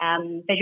Visual